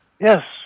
Yes